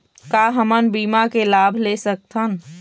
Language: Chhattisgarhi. का हमन बीमा के लाभ ले सकथन?